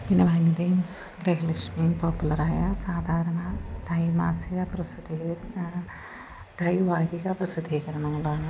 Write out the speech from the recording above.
പിന്നെ വനിതയും ഗൃഹലക്ഷ്മിയും പോപ്പുലറായ സാധാരണ ദ്വൈമാസിക ദ്വൈവാരിക പ്രസിദ്ധീകരണങ്ങളാണ്